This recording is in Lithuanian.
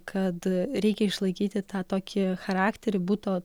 kad reikia išlaikyti tą tokį charakterį buto